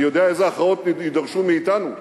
אני יודע אילו הכרעות יידרשו מאתנו,